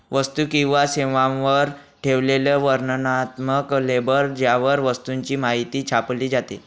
वस्तू किंवा सेवांवर ठेवलेले वर्णनात्मक लेबल ज्यावर वस्तूची माहिती छापली जाते